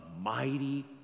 mighty